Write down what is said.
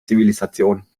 zivilisation